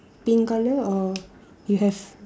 pink colour or you have